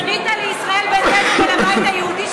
פנית לישראל ביתנו ולבית היהודי,